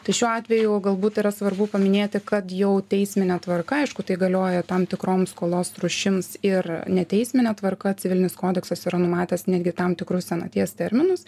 tai šiuo atveju galbūt yra svarbu paminėti kad jau teismine tvarka aišku tai galioja tam tikroms skolos rūšims ir neteismine tvarka civilinis kodeksas yra numatęs netgi tam tikrus senaties terminus